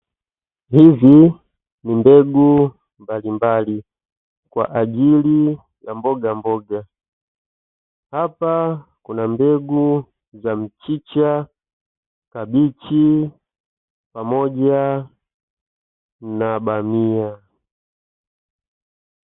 Hizi ni mbegu mbalimbali kwa ajili ya mbogamboga. Hapa kuna mbegu za mchicha, kabichi pamoja na bamia.